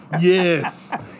yes